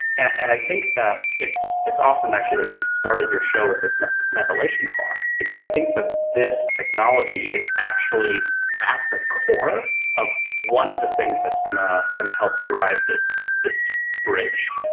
and i think that it's it's awesome actually that you started your show with this methylation clock because i think that this technology is actually at the core of one of the things that's going to going to help drive this, this, bridge,